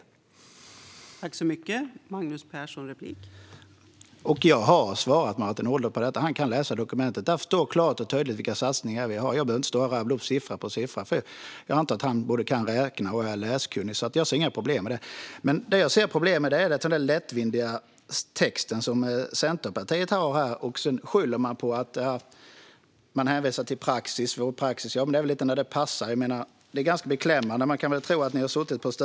Kan han förklara det?